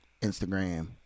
Instagram